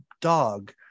dog